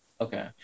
Okay